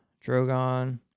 Drogon